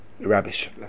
rubbish